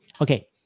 okay